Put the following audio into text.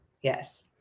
Yes